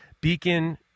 Beacon